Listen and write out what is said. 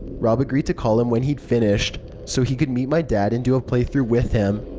rob agreed to call him when he'd finished so he could meet my dad and do a play-through with him.